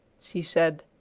she said.